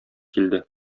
килде